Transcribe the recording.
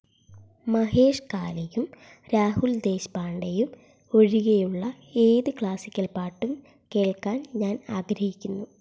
മഹേഷ് കാലെയും രാഹുൽ ദേശ്പാണ്ഡെയും ഒഴികെയുള്ള ഏത് ക്ലാസിക്കൽ പാട്ടും കേൾക്കാൻ ഞാൻ ആഗ്രഹിക്കുന്നു